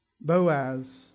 Boaz